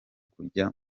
kujya